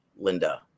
linda